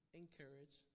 encourage